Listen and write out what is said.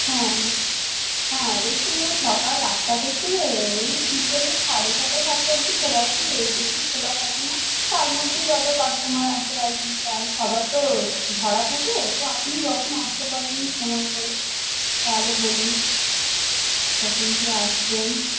হ্যাঁ হ্যাঁ এই তো ধরুন সকাল আটটা থেকে এই বিকেল সাড়ে ছটা সাতটা অব্দি খোলা রাখি এর বে খোলা থাকি না তার মধ্যে যত কাস্টমার আসে আর কি তাই সবার তো ধরা থাকে তো আপনি যখন আসতে পারবেন সময় করে তাহলে বলুন কখন কি আসবেন